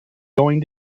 going